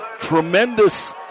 tremendous